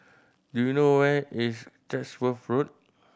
do you know where is Chatsworth Road